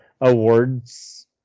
awards